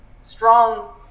strong